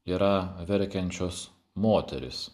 yra verkiančios moterys